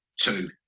two